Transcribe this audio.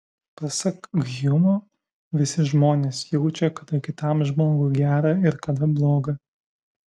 pasak hjumo visi žmonės jaučia kada kitam žmogui gera ir kada bloga